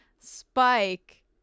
Spike